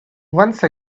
once